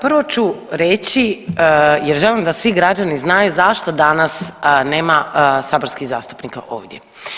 Prvo ću reći jer želim da svi građani znaju zašto danas nema saborskih zastupnika ovdje.